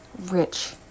rich